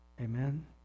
Amen